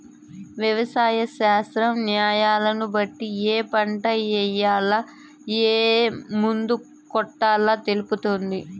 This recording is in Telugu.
వ్యవసాయ శాస్త్రం న్యాలను బట్టి ఏ పంట ఏయాల, ఏం మందు కొట్టాలో తెలుపుతుంది